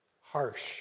Harsh